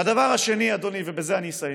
והדבר השני, אדוני, ובזה אסיים,